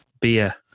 Beer